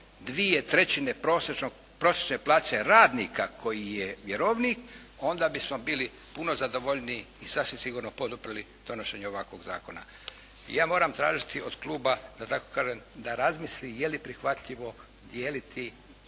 dvije trećine prosječne plaće radnika koji je vjerovnik onda bismo bili puno zadovoljniji i sasvim sigurno poduprli donošenje ovakvog zakona. Ja moram tražiti od kluba da tako kažem, da razmisli je li prihvatljivo dijeliti